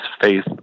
faith